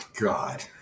God